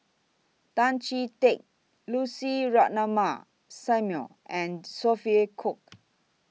Tan Chee Teck Lucy Ratnammah Samuel and Sophia Cooke